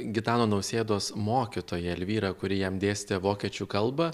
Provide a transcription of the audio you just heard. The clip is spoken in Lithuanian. gitano nausėdos mokytoją elvyrą kuri jam dėstė vokiečių kalbą